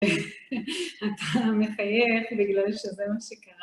אתה מחייך בגלל שזה מה שקרה.